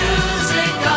Music